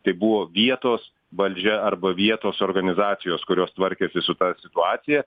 tai buvo vietos valdžia arba vietos organizacijos kurios tvarkėsi su ta situacija